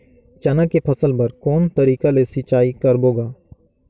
चना के फसल बर कोन तरीका ले सिंचाई करबो गा?